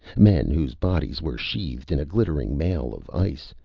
men whose bodies were sheathed in a glittering mail of ice,